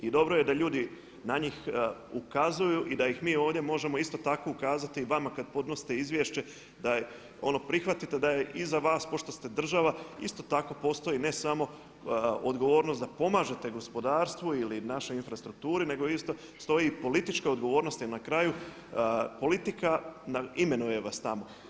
I dobro je da ljudi na njih ukazuju i da i mi ovdje možemo isto tako ukazati vama kada podnosite izvješće da prihvatite da je iza vas pošto ste država isto tako postoji ne samo odgovornost da pomažete gospodarstvu ili našoj infrastrukturi nego stoji politička odgovornost jer na kraju politika vas imenuje tamo.